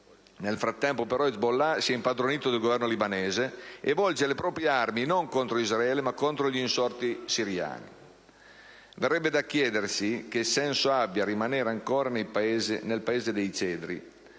Nel frattempo, però, Hezbollah si è impadronito del Governo libanese e volge le proprie armi non contro Israele, ma contro gli insorti siriani. Verrebbe da chiedersi che senso abbia rimanere ancora nel Paese dei cedri,